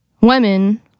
women